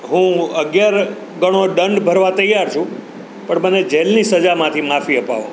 હું અગિયાર ગણો દંડ ભરવા તૈયાર છું પણ મને જેલની સજામાંથી માફી અપાવો